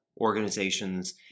organizations